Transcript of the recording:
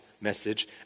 message